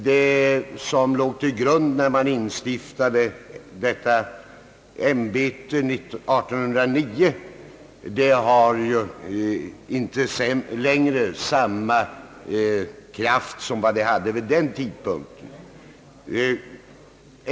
Det som låg till grund när man inrättade detta ämbete år 1809 har ju inte längre samma vikt.